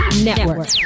network